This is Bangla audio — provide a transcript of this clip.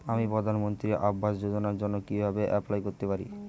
আমি প্রধানমন্ত্রী আবাস যোজনার জন্য কিভাবে এপ্লাই করতে পারি?